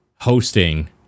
hosting